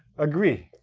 agree.